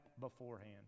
beforehand